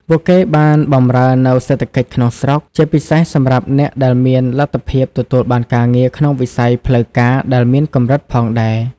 ពួកគេបានបម្រើនូវសេដ្ឋកិច្ចក្នុងស្រុក ពិសេសសម្រាប់អ្នកដែលមានលទ្ធភាពទទួលបានការងារក្នុងវិស័យផ្លូវការដែលមានកម្រិតផងដែរ ។